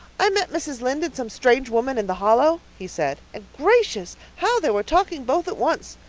i met mrs. lynde and some strange woman in the hollow, he said, and gracious, how they were talking both at once!